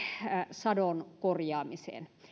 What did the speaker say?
sadon korjaamiseen